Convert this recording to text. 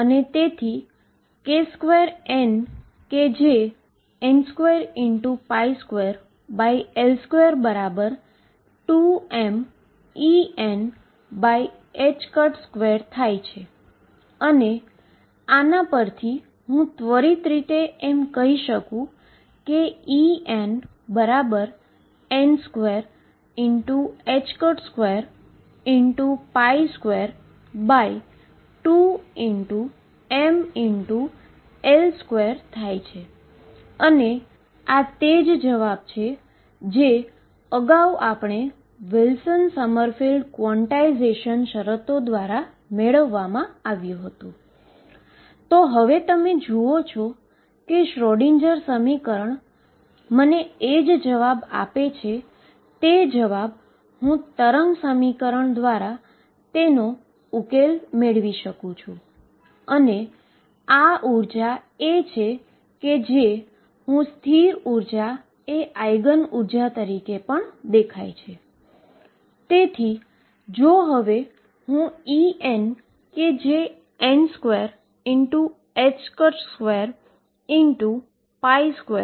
તેથી હકીકતમાં તે હાયર એનર્જી છે જે મે તમને બતાવી કે જેમ તમે ઉચ્ચ અને ઉચ્ચ એનર્જી પર જાઈએ છીએ ત્યારે તે સામાન્ય રીતે વધુ ને વધુ વેવ ફંક્શન મળે છે તેથી હું ψબરાબર fxe mω2ℏx2 લખી શકુ છું અને f માટેનું સમીકરણ મેળવો જે હું એસાઈનમેંટમાં આપીશ અને પછી f ને Cnxn તરીકે લખીશ અને C ns ની શરતો ને બંને સાઈડ મેળવી ને ઉકેલો